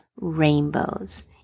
rainbows